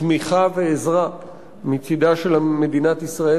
תמיכה ועזרה מצדה של מדינת ישראל,